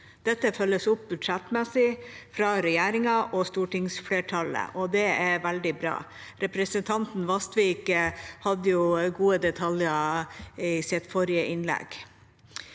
Dette følges opp budsjettmessig fra regjeringa og stortingsflertallet, og det er veldig bra. Representanten Vasvik hadde gode detaljer i sitt forrige innlegg.